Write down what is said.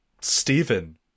Stephen